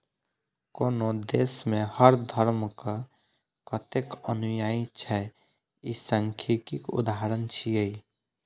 कोनो देश मे हर धर्मक कतेक अनुयायी छै, ई सांख्यिकीक उदाहरण छियै